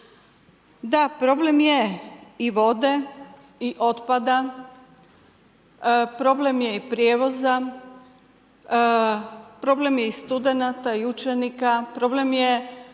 Da, problem je i vode i otpada, problem je i prijevoza, problem je i studenata i učenika, problem je,